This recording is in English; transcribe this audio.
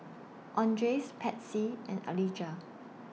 Andres Patsy and Alijah